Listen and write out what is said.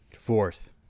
Fourth